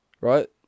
Right